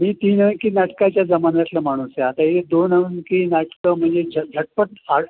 मी तीन अंकी नाटकाच्या जमान्यातला माणूस आहे आता हे दोन अंकी नाटकं म्हणजे झट झटपट आट